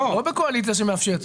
אתה לא בקואליציה שמאפשרת.